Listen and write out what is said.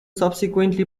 subsequently